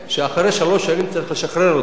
אחרי שלוש שנים צריך לשחרר אותו.